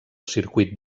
circuit